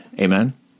Amen